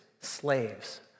slaves